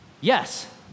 Yes